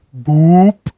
boop